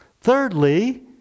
Thirdly